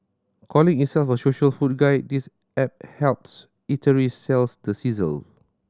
calling itself a social food guide this app helps eateries sell the sizzle